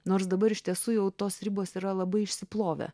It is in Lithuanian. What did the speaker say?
nors dabar iš tiesų jau tos ribos yra labai išsiplovę